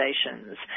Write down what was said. stations